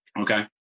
Okay